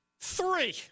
three